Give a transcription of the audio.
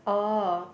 oh